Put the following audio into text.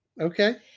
Okay